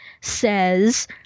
says